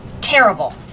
terrible